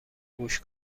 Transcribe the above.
گوش